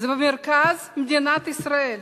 זה במרכז מדינת ישראל.